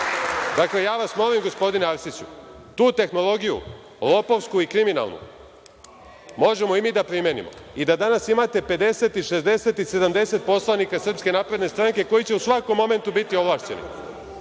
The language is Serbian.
ja vas molim, gospodine Arsiću, tu tehnologiju, lopovsku i kriminalnu, možemo i mi da primenimo i da danas imate 50, 60, 70 poslanika SNS koji će u svakom momentu biti ovlašćeni